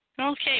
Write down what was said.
Okay